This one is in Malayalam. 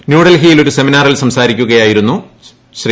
ന്യൂഡൽഹിയിൽ ഒരു സെമിനാറിൽ സംസാരിക്കുകയായിരുന്നു ശ്രീ